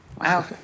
wow